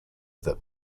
that